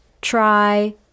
try